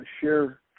share